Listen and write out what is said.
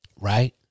Right